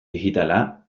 digitala